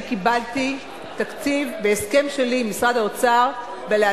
הוא יותר